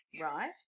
right